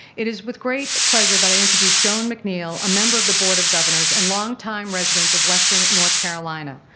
it is with great pleasure that i introduce joan macneill, a member of the board of governors and long-time resident of western north carolina.